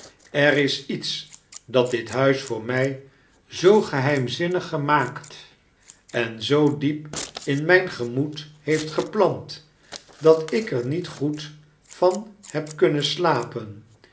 er is iets dat dit huis voor my zoo geheimzinnig gemaakt en zoo diep in myn gemoed heeft geplant dat ik er niet goed van heb kunnen slapen